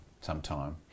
sometime